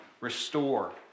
restore